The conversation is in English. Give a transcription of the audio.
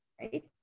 right